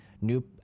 new